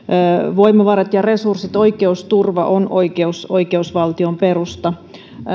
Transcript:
voimavarat ja resurssit oikeusturva on oikeusvaltion perusta